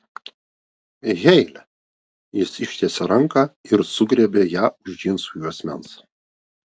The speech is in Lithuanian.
heile jis ištiesė ranką ir sugriebė ją už džinsų juosmens